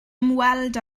ymweld